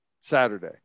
Saturday